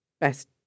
best